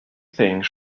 think